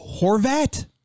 Horvat